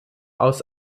aus